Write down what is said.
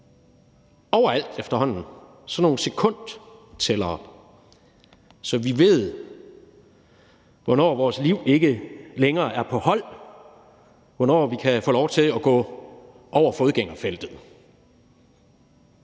overalt efterhånden sådan nogle sekundtællere, så vi ved, hvornår vores liv ikke længere er på hold, hvornår vi kan få lov til at gå over fodgængerfeltet.